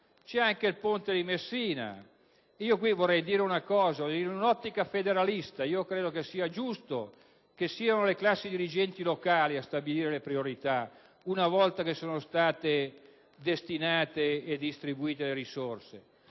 e anche il ponte sullo Stretto di Messina. In un'ottica federalista, credo sia giusto che siano le classi dirigenti locali a stabilire le priorità, una volta che sono state destinate e distribuite le risorse.